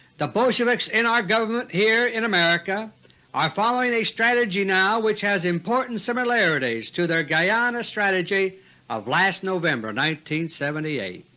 the bolsheviks in our government here in america are following a strategy now which has important similarities to their guyana strategy of last november seventy eight.